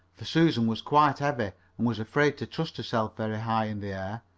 for susan was quite heavy and was afraid to trust herself very high in the air.